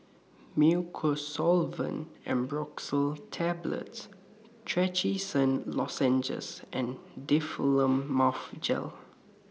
Mucosolvan Ambroxol Tablets Trachisan Lozenges and Difflam Mouth Gel